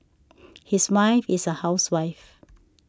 his wife is a housewife